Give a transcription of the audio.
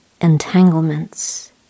entanglements